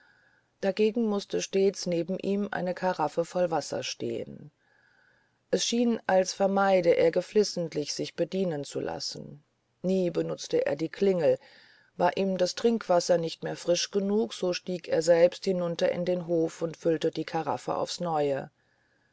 dagegen mußte stets neben ihm eine karaffe voll wasser stehen es schien als vermeide er geflissentlich sich bedienen zu lassen nie benutzte er die klingel war ihm das trinkwasser nicht mehr frisch genug so stieg er selbst hinunter in den hof und füllte die karaffe aufs neue